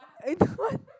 I don't want